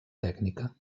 tècnica